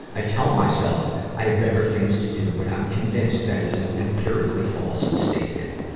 i tell myself i have better things to do, but i'm convinced that is an empirically false statement.